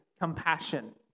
compassion